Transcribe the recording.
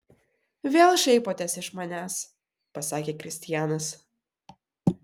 vėl šaipotės iš manęs pasakė kristianas